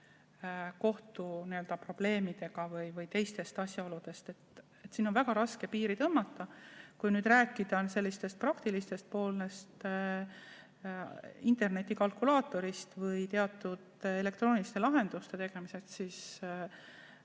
kohtu probleemidega tegelemisest või teistest asjaoludest. Siin on väga raske piiri tõmmata. Rääkides sellisest praktilisest poolest, internetikalkulaatorist või teatud elektrooniliste lahenduste tegemisest, siis